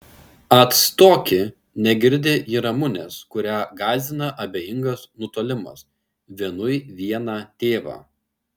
atstoki negirdi ji ramunės kurią gąsdina abejingas nutolimas vienui vieną tėvą